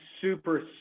super